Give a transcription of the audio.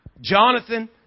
Jonathan